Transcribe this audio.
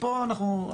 ופה אנחנו,